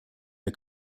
der